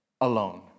alone